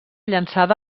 llançada